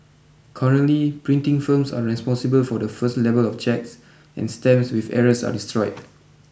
currently printing firms are responsible for the first level of checks and stamps with errors are destroyed